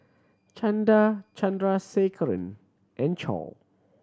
Chanda Chandrasekaran and Choor